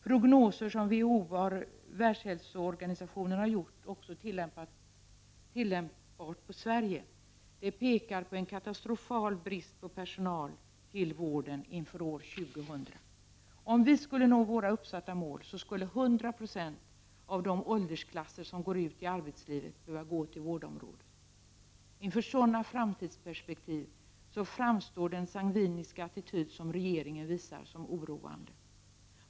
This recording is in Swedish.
Prognoser som Världshälsoorganisationen har gjort och som också är tilllämpliga på Sverige pekar på en katastrofal brist på personal till vården inför år 2000. Om vi skall nå våra uppsatta mål skulle 100 96 av de åldersklasser som går ut i arbetslivet behöva gå till vårdområdet. Inför sådana framtidsperspektiv framstår den sangviniska attityd som regeringen intar som oroande.